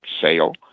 sale